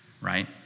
right